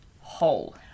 whole